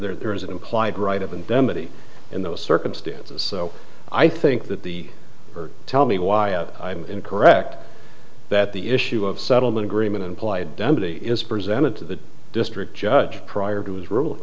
there is an implied right of and demi in those circumstances so i think that the tell me why i'm incorrect that the issue of settlement agreement implied dempsey is presented to the district judge prior to his rul